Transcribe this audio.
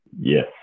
yes